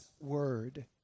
Word